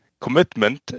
commitment